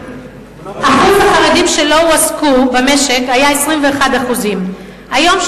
אחוז החרדים שלא הועסקו במשק היה 21%. היום,